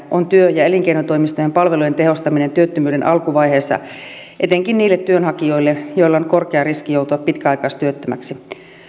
on työ ja elinkeinotoimistojen palvelujen tehostaminen työttömyyden alkuvaiheessa etenkin niille työnhakijoille joilla on korkea riski joutua pitkäaikaistyöttömäksi